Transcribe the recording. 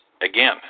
Again